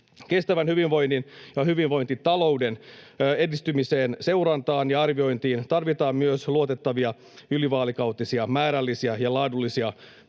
Kestävän hyvinvoinnin ja hyvinvointitalouden edistymisen seurantaan ja arviointiin tarvitaan myös luotettavia ylivaalikautisia määrällisiä ja laadullisia